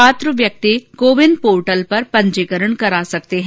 पात्र व्यक्ति CoWIN portal पर पंजीकरण करा सकते हैं